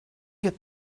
get